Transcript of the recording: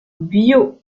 bio